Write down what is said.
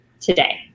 today